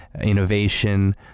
innovation